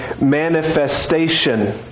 manifestation